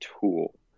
tool